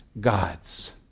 gods